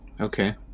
Okay